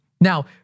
now